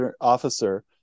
Officer